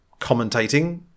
commentating